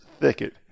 Thicket